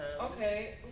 Okay